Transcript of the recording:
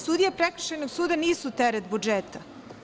Sudije Prekršajnog suda nisu teret budžeta.